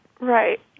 Right